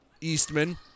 Eastman